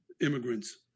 immigrants